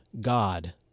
God